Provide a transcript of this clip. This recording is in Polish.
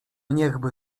niechby